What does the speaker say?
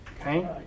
okay